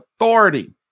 authority